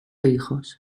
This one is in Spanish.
hijos